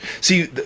See